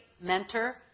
mentor